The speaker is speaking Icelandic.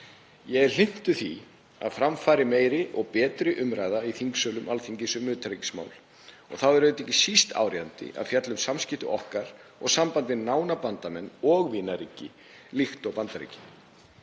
Ég er hlynntur því að fram fari meiri og betri umræða í þingsölum Alþingis um utanríkismál. Þá er ekki síst áríðandi að fjalla um samskipti okkar og samband við nána bandamenn og vinaríki líkt og Bandaríkin.